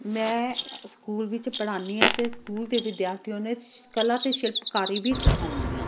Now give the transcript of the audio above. ਮੈਂ ਸਕੂਲ ਵਿੱਚ ਪੜ੍ਹਾਉਂਦੀ ਹਾਂ ਅਤੇ ਸਕੂਲ ਦੇ ਵਿਦਿਆਰਥੀ ਕਲਾ ਅਤੇ ਸ਼ਿਲਪਕਾਰੀ ਵੀ ਸਿਖਾਉਂਦੀ ਹਾਂ